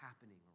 happening